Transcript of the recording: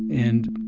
and,